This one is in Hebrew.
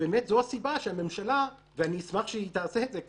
זו הסיבה שהממשלה ואני אשמח שהיא תעשה את זה,